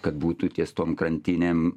kad būtų ties tom krantinėm